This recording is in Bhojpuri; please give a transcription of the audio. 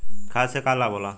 खाद्य से का लाभ होला?